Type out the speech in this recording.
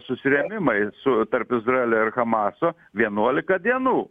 susirėmimai su tarp izraelio ir hamaso vienuolika dienų